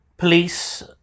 Police